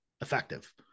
effective